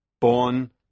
born